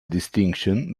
distinction